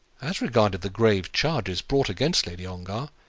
as regarded the grave charges brought against lady ongar,